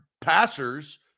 passers